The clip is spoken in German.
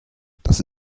das